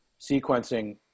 sequencing